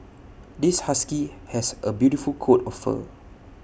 this husky has A beautiful coat of fur